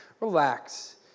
Relax